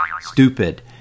stupid